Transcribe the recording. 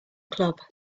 club